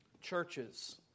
churches